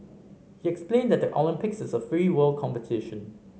he explain that the Olympics is a free world competition